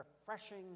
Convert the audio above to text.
refreshing